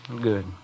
Good